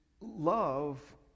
love